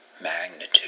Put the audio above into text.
magnitude